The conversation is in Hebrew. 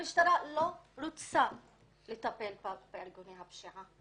המשטרה לא רוצה לטפל בארגוני הפשיעה.